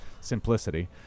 simplicity